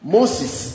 Moses